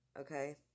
okay